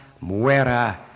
muera